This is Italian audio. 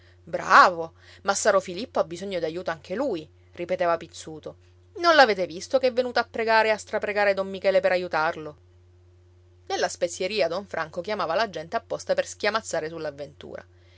bravo massaro filippo ha bisogno d'aiuto anche lui ripeteva pizzuto non l'avete visto che è venuto a pregare e strapregare don michele per aiutarlo nella spezieria don franco chiamava la gente apposta per schiamazzare